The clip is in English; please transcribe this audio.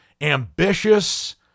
ambitious